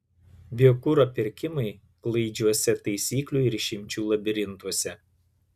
biokuro pirkimai klaidžiuose taisyklių ir išimčių labirintuose